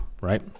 right